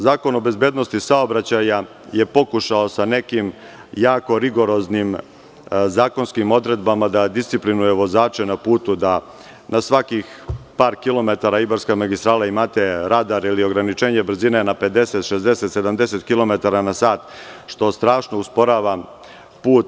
Zakon o bezbednosti saobraćaja je pokušao sa nekim jako rigoroznim zakonskim odredbama da disciplinuje vozače na putu, da na svakim par kilometara Ibarske magistrale imate rad ili ograničenje brzine na 50, 60, 70 kilometara na sat, što strašno usporava put.